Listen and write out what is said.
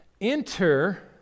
Enter